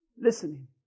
Listening